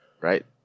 right